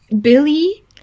Billy